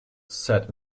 sat